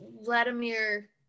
vladimir